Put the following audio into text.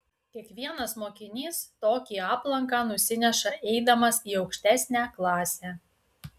kiekvienas mokinys tokį aplanką nusineša eidamas į aukštesnę klasę